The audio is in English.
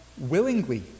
willingly